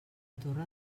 torre